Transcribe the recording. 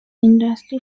industry